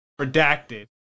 Redacted